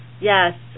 yes